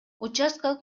участкалык